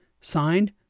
Signed